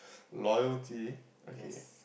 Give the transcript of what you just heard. loyalty okay